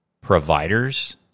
providers